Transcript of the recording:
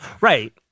right